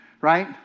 right